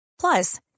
Plus